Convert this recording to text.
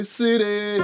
city